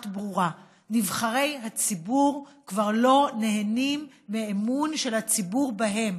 ברורה: נבחרי הציבור כבר לא נהנים מאמון של הציבור בהם.